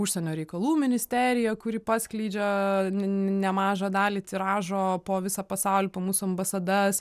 užsienio reikalų ministerija kuri paskleidžia nemažą dalį tiražo po visą pasaulį po mūsų ambasadas